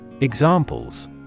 Examples